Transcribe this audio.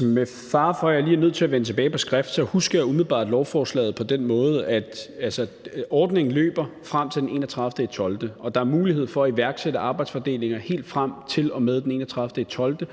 Med fare for, at jeg lige er nødt til at vende tilbage med et skriftligt svar, husker jeg umiddelbart lovforslaget på den måde, at ordningen løber frem til den 31. december, og at der er mulighed for at iværksætte arbejdsfordelinger helt frem til og med den 31.